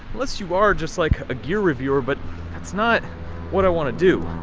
unless you are just like a gear reviewer, but it's not what i wanna do.